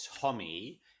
Tommy